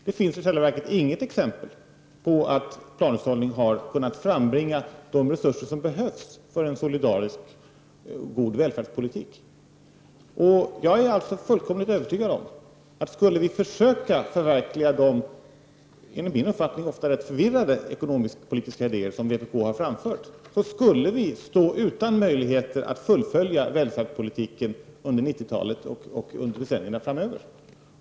Det finns i själva verket inget exempel på att planhushållning har kunnat frambringa de resurser som behövs för en solidarisk och god välfärdspolitik. Jag är alltså fullkomligt övertygad om, att skulle vi försöka förverkliga de, enligt min uppfattning, ofta rätt förvirrade ekonomisk-politiska idéer som vpk har framfört, skulle vi stå utan möjligheter att fullfölja välfärdspolitiken under 90-talet och decennierna framöver.